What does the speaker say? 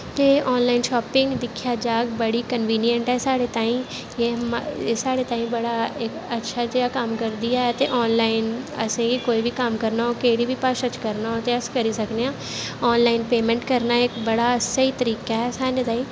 ते online shopping दिक्खेआ जाह्ग बड़ी कनविनियट ऐ साढ़े ताईं एह् साढ़े ताईं बड़े इक अच्छा जेहा कम्म करदी ऐ ते आनलाइन असेंगी कोई बी कम्म करना होग केह्ड़ी बी भाशा च करना होग ते अस करी सकने आं आनलाइन पेमैंट करना इक बड़ा स्हेई तरीका ऐ साढ़े ताईं